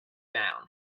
down